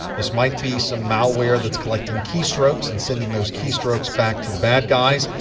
this might be some malware that's collecting keystrokes and sending those keystrokes back to the bad guys.